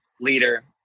leader